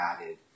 added